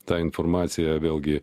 ta informacija vėlgi